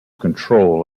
control